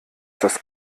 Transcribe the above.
das